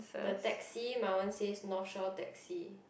the taxi my one says North Shore taxi